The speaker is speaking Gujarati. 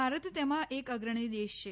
ભારત તેમાં એક અગ્રણી દેશ છે